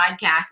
podcast